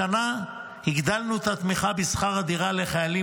השנה הגדלנו את התמיכה בשכר הדירה לחיילים